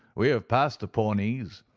we have passed the pawnees,